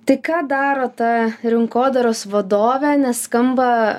tai ką daro ta rinkodaros vadovė nes skamba